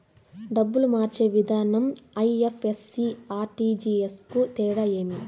డబ్బులు మార్చే విధానం ఐ.ఎఫ్.ఎస్.సి, ఆర్.టి.జి.ఎస్ కు తేడా ఏమి?